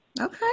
Okay